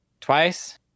Twice